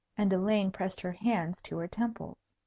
and elaine pressed her hands to her temples.